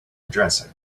addressing